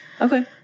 Okay